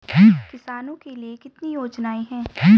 किसानों के लिए कितनी योजनाएं हैं?